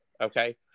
okay